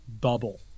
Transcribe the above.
bubble